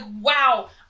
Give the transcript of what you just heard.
wow